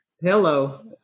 Hello